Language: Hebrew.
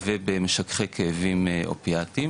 ובמשככי כאבים אופיאטים,